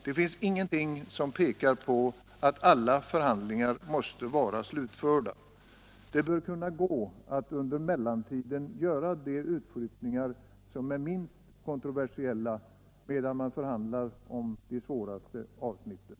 Det finns ingenting som pekar på att alla förhandlingar måste vara slutförda. Det bör kunna gå att under mellantiden göra de utflyttningar som är minst kontroversiella, medan man förhandlar om de svåraste avsnitten.